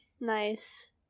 Nice